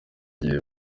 igihe